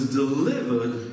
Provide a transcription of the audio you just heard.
delivered